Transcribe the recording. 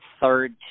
third